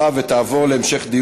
חובת ייצוג הולם לאנשים עם מוגבלות),